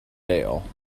bail